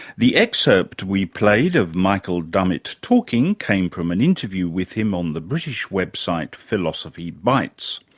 the excerpt we played of michael dummett talking came from an interview with him on the british website philosophy bites.